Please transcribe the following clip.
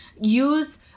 Use